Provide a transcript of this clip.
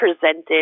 presented